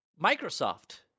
Microsoft